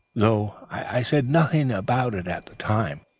though i said nothing about it at the time.